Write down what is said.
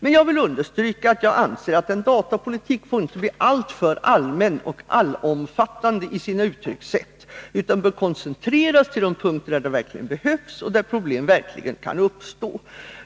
Jag vill emellertid understryka att jag anser att en datapolitik inte får bli alltför allmän och allomfattande i sina uttryckssätt utan bör koncentreras till de punkter där den verkligen behövs och där problem verkligen kan uppstå.